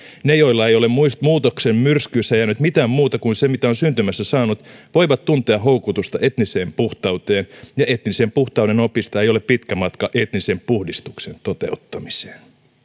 ne joilla ei ole muutoksen myrskyissä jäänyt mitään muuta kuin se mitä on syntymässä saanut voivat tuntea houkutusta etniseen puhtauteen ja etnisen puhtauden opista ei ole pitkä matka etnisen puhdistuksen toteuttamiseen